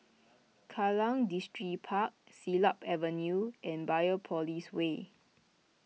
Kallang Distripark Siglap Avenue and Biopolis Way